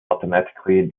automatically